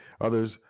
others